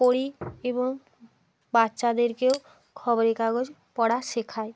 পড়ি এবং বাচ্চাদেরকেও খবরের কাগজ পড়া শেখাই